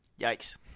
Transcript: Yikes